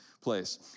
place